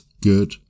good